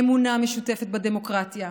אמונה משותפת בדמוקרטיה,